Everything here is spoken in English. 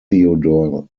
theodore